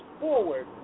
forward